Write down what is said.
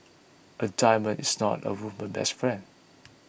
a diamond is not a woman's best friend